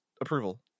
approval